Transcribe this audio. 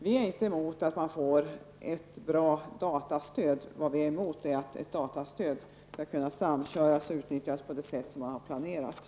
Vi är inte emot ett bra datastöd, men vi motsätter oss att ett datastöd skall kunna samköras och utnyttjas på det sätt som har planerats.